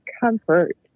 comfort